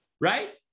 right